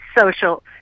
social